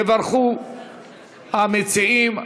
יברכו המציעים.